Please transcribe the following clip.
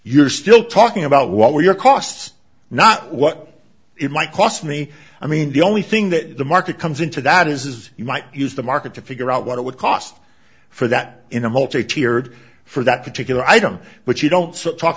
you're still talking about what were your costs not what it might cost me i mean the only thing that the market comes into that is you might use the market to figure out what it would cost for that in a multi tiered for that particular item but you don't talk